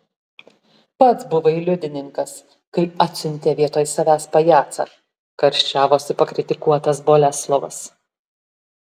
pats buvai liudininkas kai atsiuntė vietoj savęs pajacą karščiavosi pakritikuotas boleslovas